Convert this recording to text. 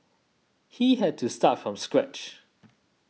he had to start from scratch